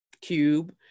cube